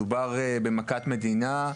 מדובר במכת מדינה.